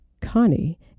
connie